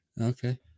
Okay